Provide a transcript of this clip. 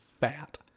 fat